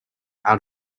out